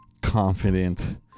confident